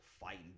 fighting